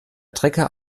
trecker